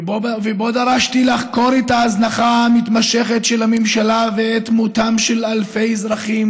ודרשתי לחקור את ההזנחה המתמשכת של הממשלה ואת מותם של אלפי אזרחים